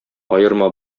аерма